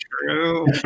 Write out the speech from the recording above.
true